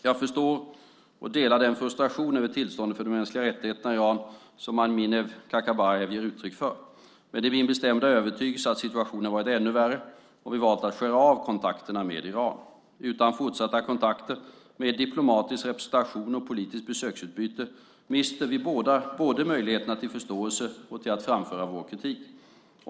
Jag förstår och delar den frustration över tillståndet för de mänskliga rättigheterna i Iran som Amineh Kakabaveh ger uttryck för. Men det är min bestämda övertygelse att situationen varit ännu värre om vi valt att skära av kontakterna med Iran. Utan fortsatta kontakter med diplomatisk representation och politiskt besöksutbyte, mister vi både möjligheterna till förståelse och till att framföra vår kritik.